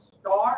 start